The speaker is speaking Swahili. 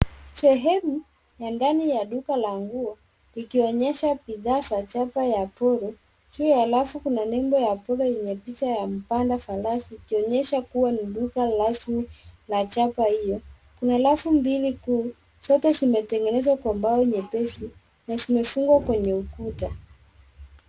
Sehemu ya ndani ya duka la nguo likionyesha bidhaa za chapa ya Polo. Juu ya rafu kuna nebo ya Polo enye picha ya mpanda farasi likionyesha kuwa ni duka rasmi la chapa hio. Kuna rafu mbili kuu zote zimetengezwa kwa mbao nyepesi na zimefungwa kwenye ukuta.